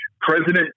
President